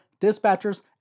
dispatchers